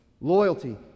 Loyalty